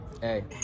hey